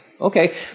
okay